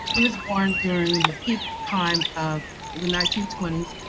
he was born during the peak time of the nineteen twenty s,